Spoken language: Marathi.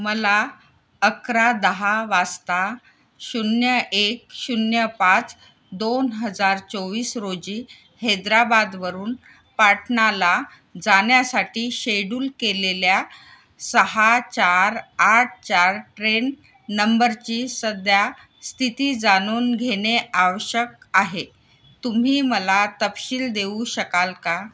मला अकरा दहा वाजता शून्य एक शून्य पाच दोन हजार चोवीस रोजी हैदराबादवरून पाटणाला जाण्यासाठी शेड्यूल केलेल्या सहा चार आठ चार ट्रेन नंबरची सध्या स्थिती जाणून घेणे आवश्यक आहे तुम्ही मला तपशील देऊ शकाल का